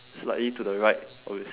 slightly to the right of his